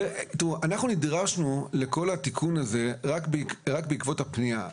אנחנו נדרשנו לכל התיקון הזה רק בעקבות הפנייה.